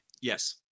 Yes